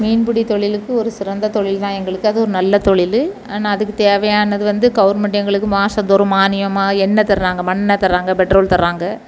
மீன்பிடி தொழிலுக்கு ஒரு சிறந்த தொழில் தான் எங்களுக்கு அது ஒரு நல்ல தொழிலு ஆனால் அதுக்கு தேவையானது வந்து கவர்மெண்ட்டு எங்களுக்கு மாதம் தோறும் மானியமாக எண்ணெய் தராங்க மண்ணெய் தராங்க பெட்ரோல் தராங்க